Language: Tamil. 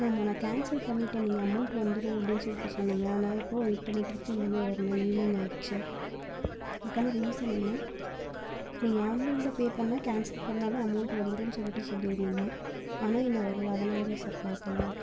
ஆமாம் நான் கேன்சல் பண்ணிட்டேன் நீங்கள் அமெளண்ட் வந்துரும் அப்படின் சொல்லிட்டு சொன்னிங்கள் ஆனால் இப்போது வெய்ட் பண்ணிகிட்ருக்கேன் இன்னுமே வரல ஈவ்னிங் ஆய்டுச்சு அதுக்கான ரீசன் என்ன நீங்கள் ஆன்லைன்ல பே பண்ணால் கேன்சல் பண்ணாலும் அமெளன்ட் வந்துரும் சொல்லிட்டு சொல்லிருந்திங்கள் ஆனால் இன்னம் வரலை அதனால் தான் சார் கால் பண்ணோம்